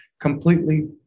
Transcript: completely